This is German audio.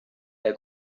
der